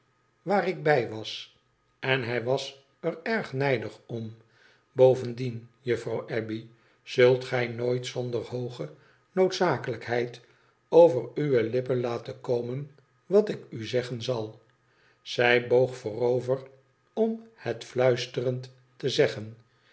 bij was en hij was er erg nijdig om bovendien juffrouw abbey zult gij nooit zonder hooge noodzakelijkheid over uwe lippen laten komen wat ik u zeggen zal zij boog voorover om het fluisterend te zeggen